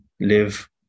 live